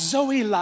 Zoe